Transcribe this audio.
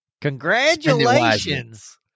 Congratulations